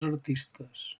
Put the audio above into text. artistes